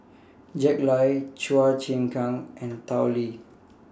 Jack Lai Chua Chim Kang and Tao Li